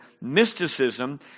mysticism